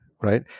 right